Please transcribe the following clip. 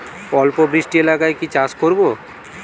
অল্প বৃষ্টি এলাকায় কি চাষ করব?